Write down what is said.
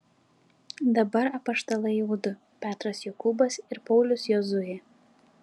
dabar apaštalai jau du petras jokūbas ir paulius jozuė